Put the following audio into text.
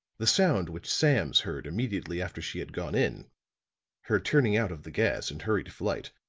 the sounds which sams heard immediately after she had gone in her turning out of the gas and hurried flight,